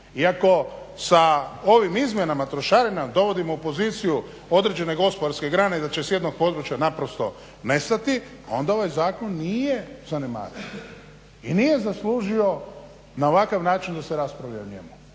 I ako sa ovim izmjenama trošarina dovodimo u poziciju određene gospodarske grane da će s jednog područja naprosto nestati onda ovaj zakon nije zanemariv i nije zaslužio na ovakav način da se raspravlja o njemu,